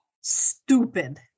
Stupid